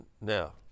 Now